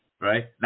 right